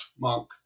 monk